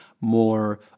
more